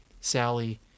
Sally